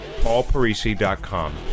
paulparisi.com